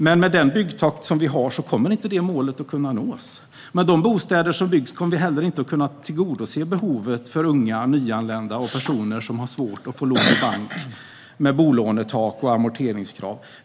Men med den byggtakt vi har kommer inte detta mål att nås. Med de bostäder som byggs kommer vi inte heller att kunna tillgodose behovet hos unga, nyanlända och personer som har svårt att få lån i bank med bolånetak och amorteringskrav.